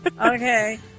Okay